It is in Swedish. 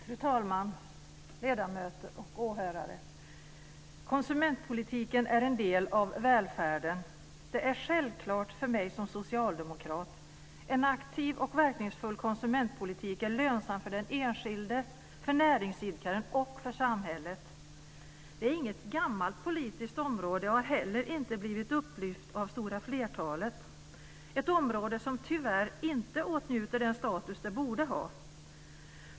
Fru talman! Ledamöter och åhörare! Konsumentpolitiken är en del av välfärden. Det är självklart för mig som socialdemokrat. En aktiv och verkningsfull konsumentpolitik är lönsam för den enskilde, för näringsidkaren och för samhället. Det är inget gammalt politiskt område och har heller inte blivit upplyft av stora flertalet, ett område som tyvärr inte åtnjuter den status det borde ha.